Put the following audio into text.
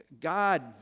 God